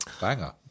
banger